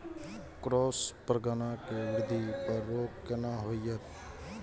Cross परागण के वृद्धि पर रोक केना होयत?